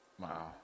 Wow